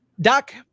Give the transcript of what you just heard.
Doc